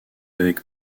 avec